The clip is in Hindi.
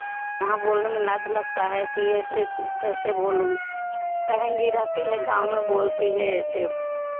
वहाँ बोलने में लाज लगता है कि ऐसे कैसे बोलूँ कहेंगी रहती है गाँव में बोलती है ऐसे